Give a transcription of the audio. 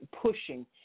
pushing